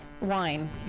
wine